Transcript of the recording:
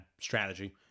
strategy